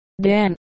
Dan